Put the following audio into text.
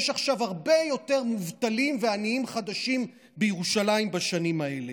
יש עכשיו הרבה יותר מובטלים ועניים חדשים בירושלים בשנים האלה.